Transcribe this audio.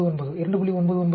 99 2